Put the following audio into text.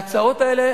ההצעות האלה,